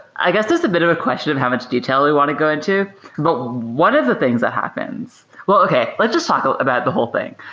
i guess it's a bit of a question of how much detail we want to go into. but one of the things that happens well, okay. let's just talk about the whole thing.